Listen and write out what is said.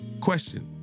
Question